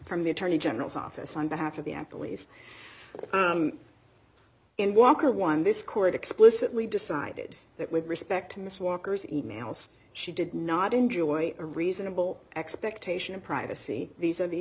from the attorney general's office on behalf of the at least in walker one this court explicitly decided that with respect to miss walker's e mails she did not enjoy a reasonable expectation of privacy these are the